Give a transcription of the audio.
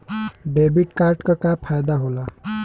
Debit card क का फायदा हो ला?